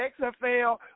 XFL